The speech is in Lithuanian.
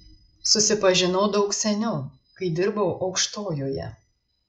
susipažinau daug seniau kai dirbau aukštojoje